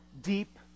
deep